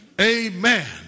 Amen